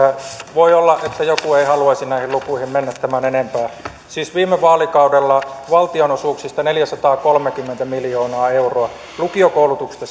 voi olla että joku ei haluaisi näihin lukuihin mennä tämän enempää siis viime vaalikaudella valtionosuuksista neljäsataakolmekymmentä miljoonaa euroa lukiokoulutuksesta